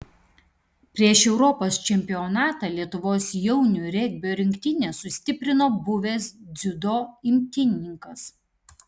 prieš europos čempionatą lietuvos jaunių regbio rinktinę sustiprino buvęs dziudo imtynininkas